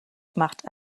macht